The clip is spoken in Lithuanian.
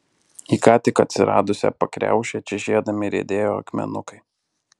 į ką tik atsiradusią pakriaušę čežėdami riedėjo akmenukai